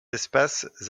espaces